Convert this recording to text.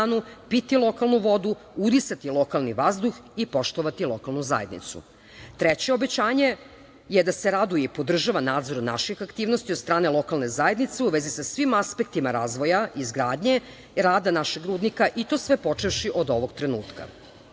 piti lokalnu vodu, udisati lokalni vazduh i poštovati lokalnu zajednicu. Treće obećanje je da se raduje i podržava nadzor naših aktivnosti od strane lokalne zajednice u vezi sa svim aspektima razvoja, izgradnje, rada našeg rudnika, i to sve počevši od ovog trenutka. Četvrto